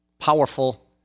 powerful